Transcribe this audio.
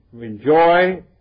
enjoy